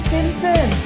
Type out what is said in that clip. Simpson